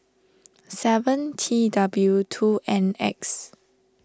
seven T W two N X